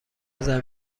نظر